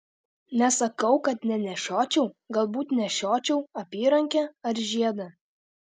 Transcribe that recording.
nesakau kad nenešiočiau galbūt nešiočiau apyrankę ar žiedą